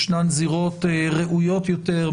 ישנן זירות ראויות יותר,